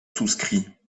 souscrit